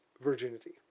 virginity